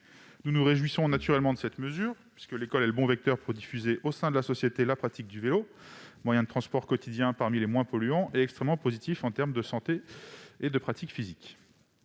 Nous nous réjouissons naturellement de cette mesure, puisque l'école est le bon vecteur pour diffuser au sein de la société la pratique du vélo, moyen de transport quotidien parmi les moins polluants et extrêmement positif en termes de santé et de pratique physique.